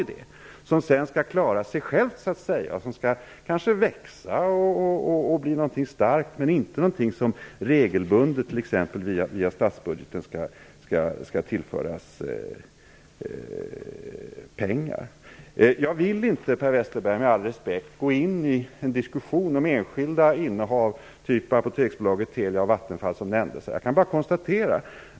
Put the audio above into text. Sedan skall det klara sig självt och kanske växa, men det skall inte vara något som regelbundet t.ex. via statsbudgeten skall tillföras pengar. Jag vill inte, med all respekt Per Westerberg, gå in i en diskussion om enskilda innehav typ Apoteksbolaget, Telia och Vattenfall som nämndes här.